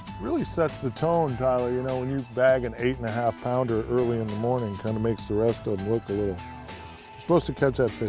really sets the tone, tyler, you know, when you bag an eight and a half pounder early in the morning. kind of makes the rest of them look you ah are supposed to catch that